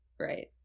Right